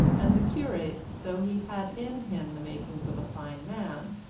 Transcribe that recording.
and the curate, though he had in him the makings of a fine man,